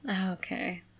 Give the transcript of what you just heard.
Okay